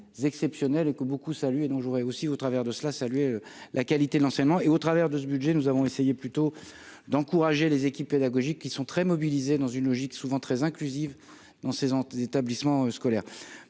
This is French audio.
exceptionnel que beaucoup salué et dont je voudrais aussi au travers de cela saluer la qualité de l'enseignement et au travers de ce budget, nous avons essayé plutôt d'encourager les équipes pédagogiques qui sont très mobilisés dans une logique souvent très inclusive dans ses établissements scolaires